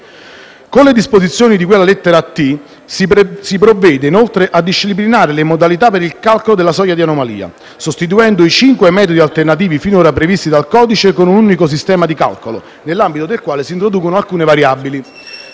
Con le disposizioni di cui alla lettera *t)* si provvede, inoltre, a disciplinare le modalità per il calcolo della soglia di anomalia, sostituendo i cinque metodi alternativi finora previsti dal codice con un unico sistema di calcolo, nell'ambito del quale si introducono alcune variabili.